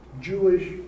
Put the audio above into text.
Jewish